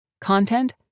content